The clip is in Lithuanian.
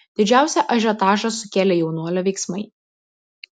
didžiausią ažiotažą sukėlė jaunuolio veiksmai